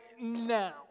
now